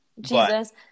Jesus